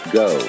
go